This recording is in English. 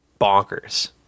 bonkers